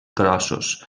grossos